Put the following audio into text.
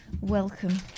welcome